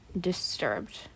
Disturbed